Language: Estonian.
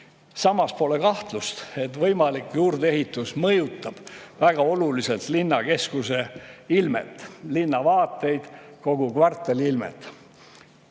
Samas pole kahtlust, et võimalik juurdeehitus mõjutab väga oluliselt linnakeskuse ilmet, linnavaateid, kogu kvartali ilmet.